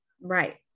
Right